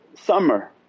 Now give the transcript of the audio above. summer